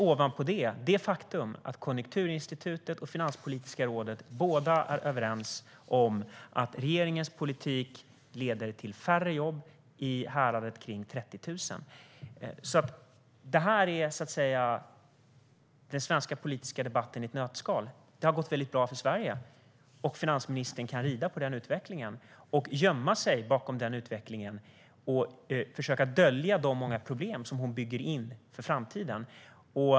Ovanpå det har vi faktumet att Konjunkturinstitutet och Finanspolitiska rådet är överens om att regeringens politik kommer att leda till färre jobb, i häradet 30 000. Det här är den svenska politiska debatten i ett nötskal. Det har gått bra för Sverige. Finansministern kan rida på den utvecklingen, gömma sig bakom den utvecklingen och försöka dölja de många problem som hon bygger in för framtiden.